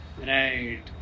Right